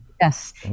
yes